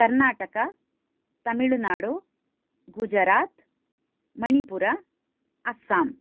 Karnataka Tamil Nadu Gujarat Manipur Assam